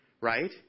right